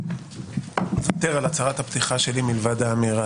אני מוותר על הצהרת הפתיחה שלי מלבד האמירה